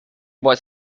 was